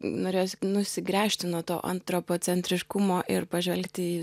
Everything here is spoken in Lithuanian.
norėjosi nusigręžti nuo to antropocentriškumo ir pažvelgti į